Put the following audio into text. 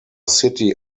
city